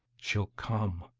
she'll come!